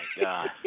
god